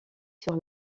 sur